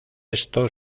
esto